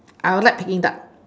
I like peking duck